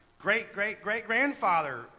great-great-great-grandfather